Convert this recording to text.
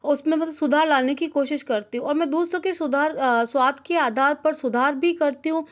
उसमें बस सुधार लाने की कोशिश करती हूँ और मैं दूसरों के सुधार स्वाद के आधार पर सुधार भी करती हूँ